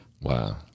Wow